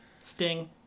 Sting